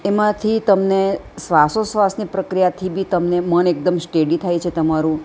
એમાંથી તમને શ્વાસોશ્વાસની પ્રક્રિયાથી બી તમને મન એકદમ સ્ટેડી થાય છે તમારું